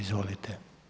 Izvolite.